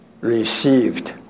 received